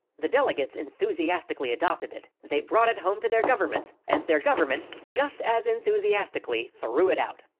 the delegates enthusiastically adopted it. they brought it home to their governments, and their governments, just as enthusiastically, threw it out.